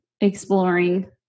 exploring